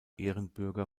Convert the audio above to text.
ehrenbürger